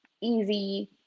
easy